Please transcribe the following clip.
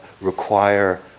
require